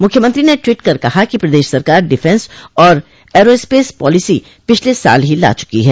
मुख्यमंत्री ने ट्वीट कर कहा कि प्रदेश सरकार डिफेंस और एयरोस्पेस पालिसी पिछर्ल साल ही ला चुकी है